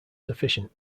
sufficient